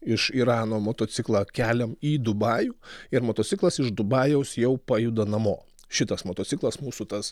iš irano motociklą keliam į dubajų ir motociklas iš dubajaus jau pajuda namo šitas motociklas mūsų tas